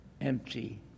empty